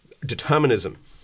determinism